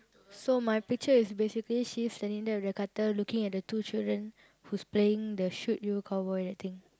so my picture is basically she's standing there with the cutter looking at the two children who's playing the shoot you cowboy that thing